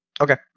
Okay